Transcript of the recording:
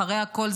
אחרי הכול,